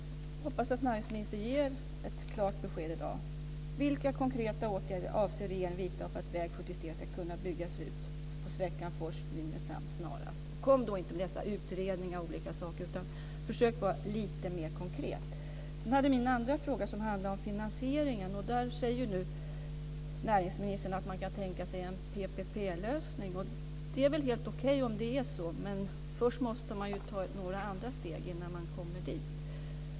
Jag hoppas att näringsministern ger ett klart besked i dag. Nynäshamn snarast? Och kom då inte med dessa utredningar och olika saker utan försök att vara lite mer konkret. En annan fråga handlade om finansieringen. Där säger nu näringsministern att man kan tänka sig en PPP-lösning. Det är väl helt okej om det är så, men först måste man ju ta några andra steg innan man kommer dit.